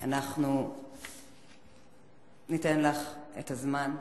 אנחנו ניתן לך את הזמן.